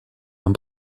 нам